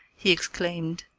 he exclaimed,